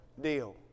deal